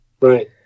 Right